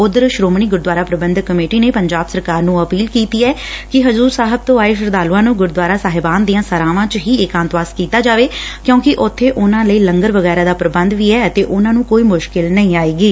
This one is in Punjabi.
ਉਧਰ ਸ੍ਰੋਮਣੀ ਗੁਰਦੁਆਰਾ ਪ੍ਰਬੰਧਕ ਕਮੇਟੀ ਨੇ ਪੰਜਾਬ ਸਰਕਾਰ ਨੂੰ ਅਪੀਲ ਕੰੀਤੀ ਐ ਕਿ ਹਜੁਰ ਸਾਹਿਬ ਤੋਂ ਆਏ ਸ਼ਰਧਾਲੁਆਂ ਨੂੰ ਗੁਰਦੁਆਰਾ ਸਾਹਿਬਾਨ ਦੀਆਂ ਸਰਾਵਾਂ ਚ ਹੀ ਏਕਾਤਵਾਸ ਕੀਤਾ ਜਾਵੇ ਕਿਉਕਿ ਉਥੇ ਉਨੂਾਂ ਲਈ ਲੰਗਰ ਵਗੈਰਾ ਦਾ ਪ੍ਰਬੰਧ ਐ ਅਤੇ ਉਨ੍ਹਾਂ ਨੂੰ ਕੋਈ ਮੁਸ਼ਕਿਲ ਨਹੀਂ ਆਏਗੀ